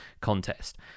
contest